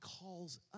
calls